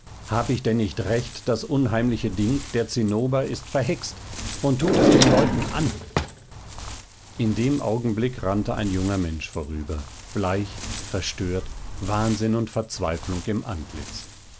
hab ich denn nicht recht das unheimliche ding der zinnober ist verhext und tut es den leuten an in dem augenblick rannte ein junger mensch vorüber bleich verstört wahnsinn und verzweiflung im antlitz